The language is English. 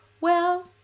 Well